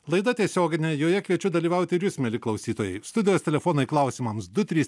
laida tiesioginė joje kviečiu dalyvauti ir jus mieli klausytojai studijos telefonai klausimams du trys